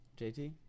JT